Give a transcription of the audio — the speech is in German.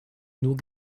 nur